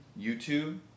YouTube